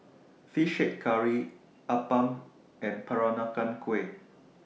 Fish Head Curry Appam and Peranakan Kueh